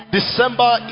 December